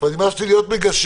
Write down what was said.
כבר נמאס לי להיות מגשר.